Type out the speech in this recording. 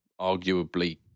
arguably